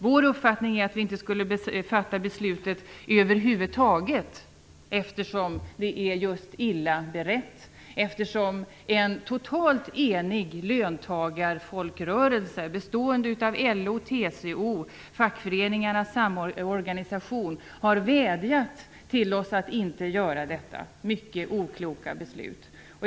Vår uppfattning är att vi inte borde fatta beslutet över huvud taget, eftersom ärendet är illa berett, eftersom en totalt enig löntagarfolkrörelse, bestående av LO, TCO, Fackföreningarnas samorganisation, har vädjat till oss att inte fatta detta mycket okloka beslut.